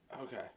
Okay